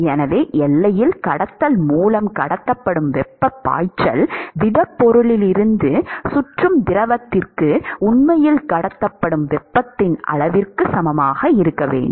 எனவே எல்லையில் கடத்தல் மூலம் கடத்தப்படும் வெப்பப் பாய்ச்சல் திடப்பொருளிலிருந்து சுற்றும் திரவத்திற்கு உண்மையில் கடத்தப்படும் வெப்பத்தின் அளவிற்குச் சமமாக இருக்க வேண்டும்